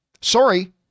sorry